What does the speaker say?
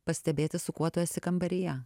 pastebėti su kuo tu esi kambaryje